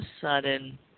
sudden